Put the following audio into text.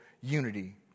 unity